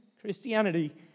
Christianity